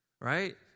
Right